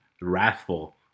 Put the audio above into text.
wrathful